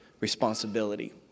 responsibility